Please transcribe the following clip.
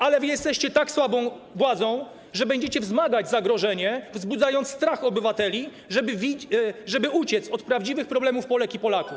Ale wy jesteście tak słabą władzą, że będziecie wzmagać zagrożenie, wzbudzając strach obywateli, żeby uciec od prawdziwych problemów Polek i Polaków.